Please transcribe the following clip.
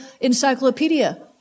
encyclopedia